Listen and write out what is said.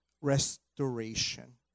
restoration